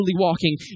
walking